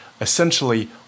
essentially